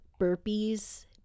burpees